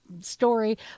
story